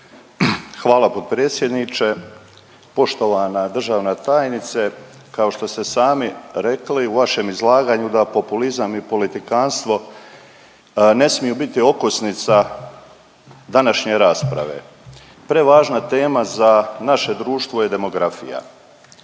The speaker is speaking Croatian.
Hvala potpredsjedniče. Poštovana državna tajnice, kao što ste sami rekli, u vašem izlaganju da populizam i politikantstvo ne smiju biti okosnica današnje rasprave. Prevažna tema za naše društvo je demografija.